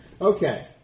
Okay